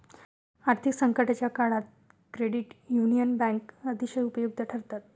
आर्थिक संकटाच्या काळात क्रेडिट युनियन बँका अतिशय उपयुक्त ठरतात